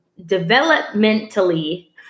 developmentally